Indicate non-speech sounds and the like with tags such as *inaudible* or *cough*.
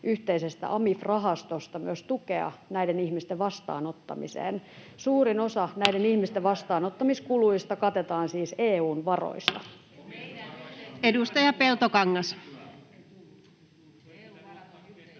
yhteisestä AMIF-rahastosta myös tukea näiden ihmisten vastaanottamiseen. Suurin osa *noise* näiden ihmisten vastaanottamiskuluista katetaan siis EU:n varoista. [Välihuutoja